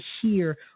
hear